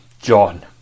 John